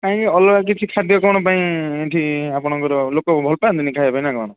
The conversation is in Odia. କାହିଁକି ଅଲଗା କିଛି ଖାଦ୍ୟ କ'ଣ ପାଇଁ ଏଇଠି ଆପଣଙ୍କର ଲୋକ ଭଲ ପାଆନ୍ତିନି ଖାଇବା ପାଇଁ ନା କ'ଣ